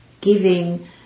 giving